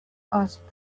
asked